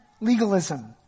legalism